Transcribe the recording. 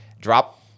drop